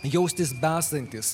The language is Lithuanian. jaustis besantys